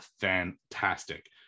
fantastic